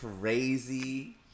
crazy